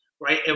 right